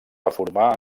reformà